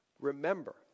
Remember